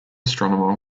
astronomer